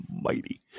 mighty